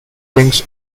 things